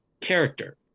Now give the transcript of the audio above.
character